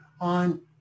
on